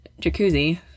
jacuzzi